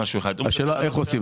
השאלה איך עושים?